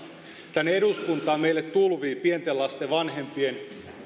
tänne eduskuntaan meille tulvii pienten lasten vanhempien